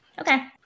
Okay